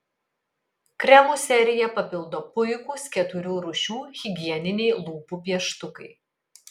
kremų seriją papildo puikūs keturių rūšių higieniniai lūpų pieštukai